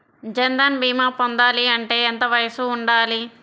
జన్ధన్ భీమా పొందాలి అంటే ఎంత వయసు ఉండాలి?